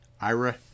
Ira